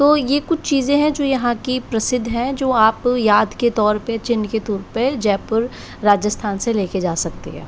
तो यह कुछ चीज़ें हैं जो यहाँ की प्रसिद्ध हैं जो आप याद के तौर पर चिन्ह के तौर पर जयपुर राजस्थान से लेकर जा सकते हैं